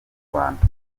rwanda